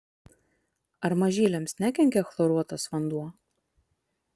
ar mažyliams nekenkia chloruotas vanduo